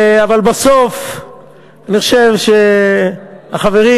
אבל בסוף אני חושב שהחברים